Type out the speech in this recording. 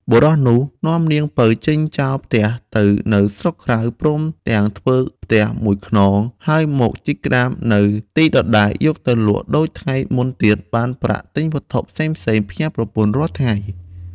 បុរសនោះ នាំនាងពៅចេញចោលផ្ទះទៅនៅស្រុកក្រៅ ព្រមទាំងធ្វើផ្ទះ១ខ្នង ហើយមកជីកក្ដាមនៅទីដដែលយកទៅលក់ដូចថ្ងៃមុនទៀតបានប្រាក់ទិញវត្ថុផ្សេងៗផ្ញើប្រពន្ធរាល់ថ្ងៃ។